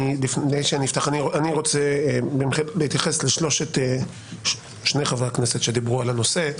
אני רוצה בהתייחס לשני חברי הכנסת שדיברו על הנושא.